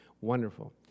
wonderful